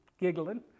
giggling